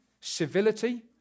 civility